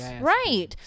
right